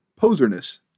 poserness